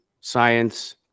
science